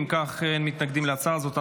אין מתנגדים להצעה הזאת.